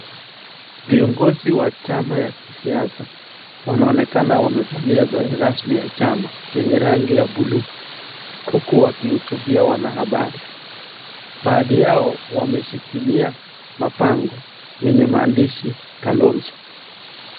Viongozi wa chama ya kisiasa wanaonekana wamevalia sare rasmi ya chama yenye rangi ya buluu huku wakihutubia wanahabari. Baadhi yao wameshikilia mabango yenye maandishi Kalonzo.